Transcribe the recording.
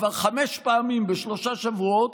כבר חמש פעמים בשלושה שבועות,